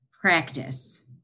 practice